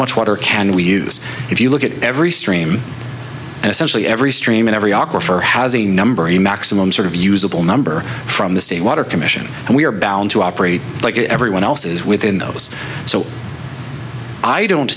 much water can we use if you look at every stream and essentially every stream in every opera for has a number of the maximum sort of usable number from the state water commission and we are bound to operate like everyone else's within those so i don't